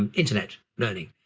um internet learning,